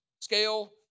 scale